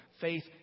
Faith